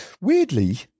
weirdly